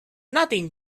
nothing